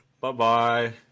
Bye-bye